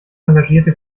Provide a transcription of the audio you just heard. engagierte